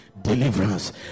deliverance